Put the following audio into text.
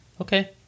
okay